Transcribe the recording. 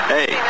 Hey